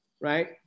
right